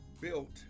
Built